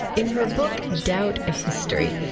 in her book doubt a history,